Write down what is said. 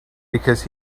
because